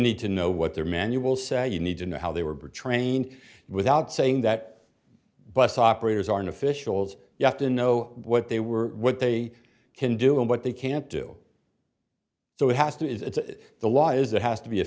need to know what their manual say you need to know how they were trained without saying that bus operators aren't officials you have to know what they were what they can do and what they can't do so it has to it's the law as it has to be a